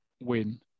win